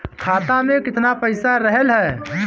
खाता में केतना पइसा रहल ह?